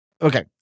Okay